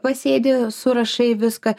pasėdi surašai viską